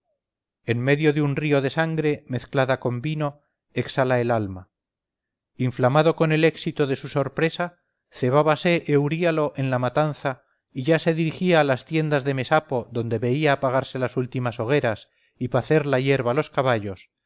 en medio de un río de sangre mezclada con vino exhala el alma inflamado con el éxito de su sorpresa cebábase euríalo en la matanza y ya se dirigía a las tiendas de mesapo donde veía apagarse las últimas hogueras y pacer la hierba los caballos